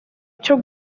icyo